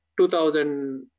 2000